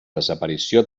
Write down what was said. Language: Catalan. desaparició